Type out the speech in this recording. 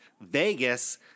Vegas